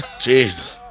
Jeez